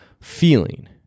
feeling